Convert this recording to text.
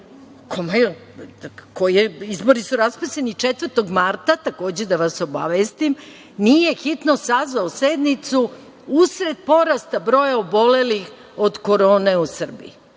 a izbori su raspisani 4. marta, takođe da vas obavestim, nije hitno sazvao sednicu u sred porasta broja obolelih od korone u Srbiji.